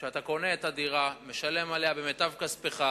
אלא אתה קונה את הדירה, משלם עליה במיטב כספך,